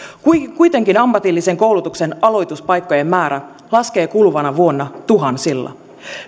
kuitenkin ammatillisen koulutuksen aloituspaikkojen määrä laskee kuluvana vuonna tuhansilla